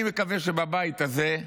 אני מקווה שבבית הזה,